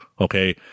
Okay